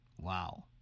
Wow